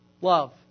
Love